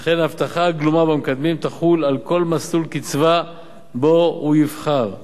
וכן ההבטחה הגלומה במקדמים תחול על כל מסלול קצבה שבו הוא יבחר.